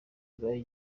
ibaye